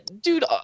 dude